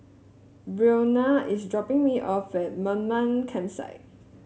Breonna is dropping me off at Mamam Campsite